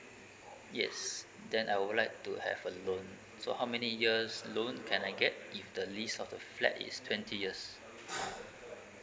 yes then I would like to have a loan so how many years loan can I get if the lease of the flat is twenty years